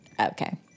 Okay